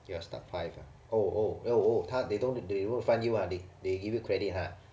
you are stuck five ah oh oh oh oh 他 they don't they don't refund you ah they they give you credit ah